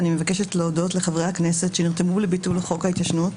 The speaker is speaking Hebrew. אני מבקשת להודות לחברי הכנסת שנרתמו לביטול חוק ההתיישנות,